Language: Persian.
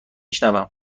شنوم